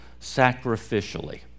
sacrificially